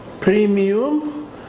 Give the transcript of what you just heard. premium